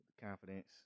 confidence